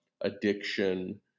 addiction